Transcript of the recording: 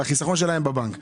החיסכון שלהם בבנק.